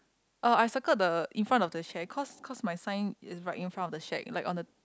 ah I circle the in front of the shape cause cause my sign is right in front of the shape like on the